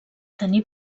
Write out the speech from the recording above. tenir